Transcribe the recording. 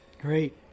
Great